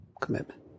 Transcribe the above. commitment